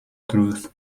truth